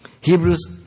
Hebrews